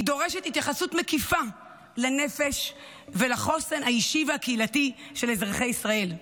היא דורשת התייחסות מקיפה לנפש ולחוסן האישי והקהילתי של אזרחי ישראל.